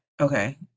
Okay